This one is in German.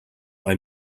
ein